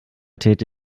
täte